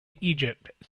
egypt